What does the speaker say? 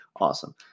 Awesome